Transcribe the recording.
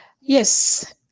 Yes